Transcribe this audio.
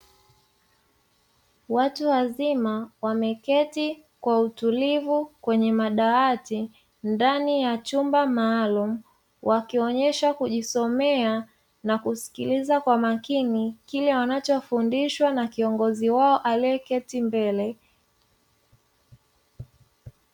Watu wazima wameketi kwa utulivu kwenye madawati ndani ya chumba maalumu, wakionyesha kujisomea na kusikiliza kwa makini kile wanachofundishwa na kiongozi wao aliyeketi mbele.